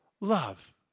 Love